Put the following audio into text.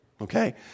okay